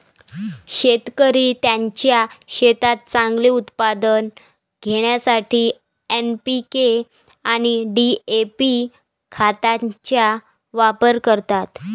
शेतकरी त्यांच्या शेतात चांगले उत्पादन घेण्यासाठी एन.पी.के आणि डी.ए.पी खतांचा वापर करतात